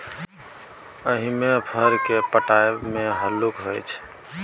एहिमे फर केँ पटाएब मे हल्लुक होइ छै